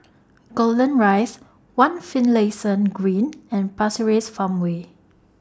Golden Rise one Finlayson Green and Pasir Ris Farmway